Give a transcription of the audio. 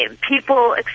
people